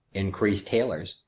increase tailors,